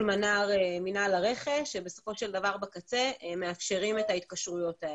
מנה"ר מינהל הרכש שבסופו של דבר בקצה מאפשרים את ההתקשרויות האלה.